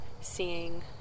seeing